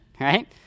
right